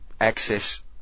access